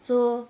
so